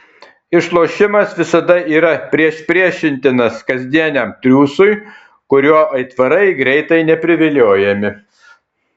išlošimas visada yra priešpriešintinas kasdieniam triūsui kuriuo aitvarai greitai nepriviliojami